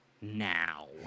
now